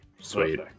Sweet